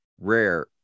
rare